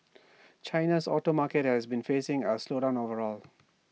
China's auto market has been facing A slowdown overall